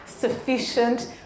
sufficient